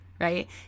right